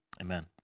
amen